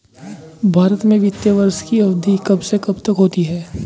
भारत में वित्तीय वर्ष की अवधि कब से कब तक होती है?